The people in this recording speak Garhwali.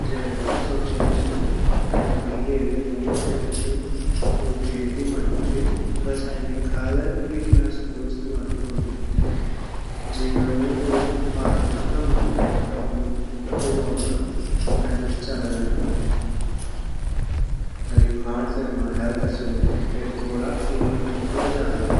जैविक जु सब्जियाँ जु छिन उ महँगी ये वेन वोन्दि किलेकी ऊ खीती मा जु ची रासायनिक खाद अर कीटनाशकों इस्तेमाल नि वोंदु जेगा वेन उँगु उत्पादन ता कम वोंदु पर उते उगाोड मा मेहनत ज़्यादा लगदी अर यु खांड से हमा हेल्थ अछि वोन्दि ता यु कीमत मा भी थोड़ा ज़यादा रंदा।